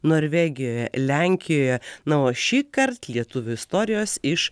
norvegijoje lenkijoje na o šįkart lietuvių istorijos iš